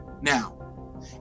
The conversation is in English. now